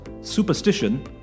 superstition